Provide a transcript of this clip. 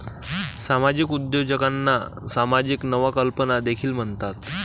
सामाजिक उद्योजकांना सामाजिक नवकल्पना देखील म्हणतात